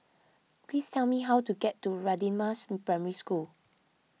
please tell me how to get to Radin Mas Primary School